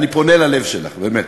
אני פונה ללב שלך, באמת.